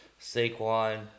Saquon